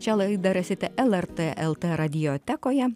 šią laidą rasite lrt lt radiotekoje